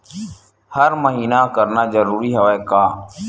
हर महीना करना जरूरी हवय का?